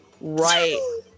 right